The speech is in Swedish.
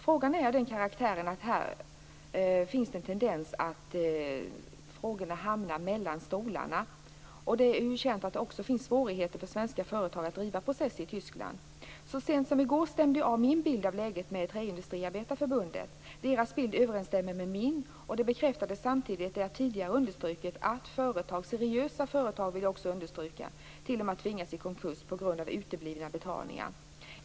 Problemet är av den karaktären att det finns en tendens att frågorna hamnar mellan stolarna. Det är känt att det också finns svårigheter för svenska företag att driva processer i Tyskland. Så sent som i går stämde jag av min bild av läget med Träindustriarbetareförbundet. Deras bild överensstämmer med min. Det bekräftade samtidigt det jag tidigare understrukit, att företag - seriösa företag vill jag också understryka - t.o.m. har tvingats i konkurs på grund av uteblivna betalningar.